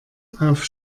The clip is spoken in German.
auf